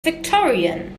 victorian